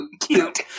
cute